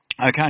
Okay